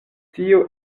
tio